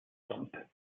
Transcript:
stump